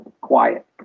quiet